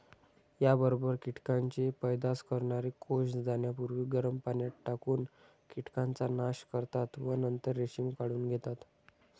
याबरोबर कीटकांचे पैदास करणारे कोष जाण्यापूर्वी गरम पाण्यात टाकून कीटकांचा नाश करतात व नंतर रेशीम काढून घेतात